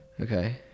Okay